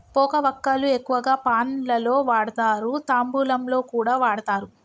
పోక వక్కలు ఎక్కువగా పాన్ లలో వాడుతారు, తాంబూలంలో కూడా వాడుతారు